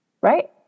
Right